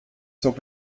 zog